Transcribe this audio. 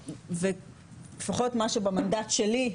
לפחות מה שבמנדט שלי,